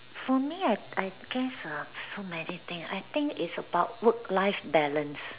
for me I I guess uh so many thing I think is about work life balance